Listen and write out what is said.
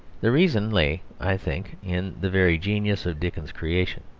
the reason lay, i think, in the very genius of dickens's creation.